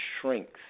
shrinks